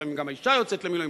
לפעמים גם האשה יוצאת למילואים,